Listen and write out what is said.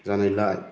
जानायलाय